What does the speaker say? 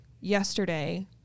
yesterday